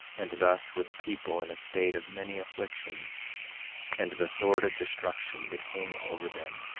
and thus were the people in a state of many afflictions and the sword of destruction did hang over them,